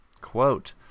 Quote